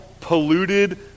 polluted